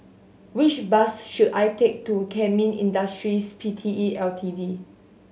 which bus should I take to Kemin Industries P T E L T D